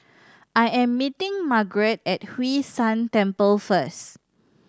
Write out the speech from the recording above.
I am meeting Margaret at Hwee San Temple first